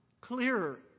clearer